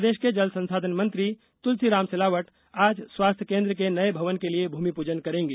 प्रदेष के जल संसाधन मंत्री तुलसीराम सिलावट आज स्वास्थ्य केंद्र के नए भवन के लिए भूमिपूजन करेंगे